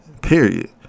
Period